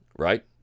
right